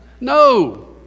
No